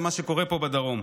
למה שקורה פה בדרום.